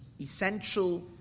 essential